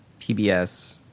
PBS